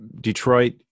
Detroit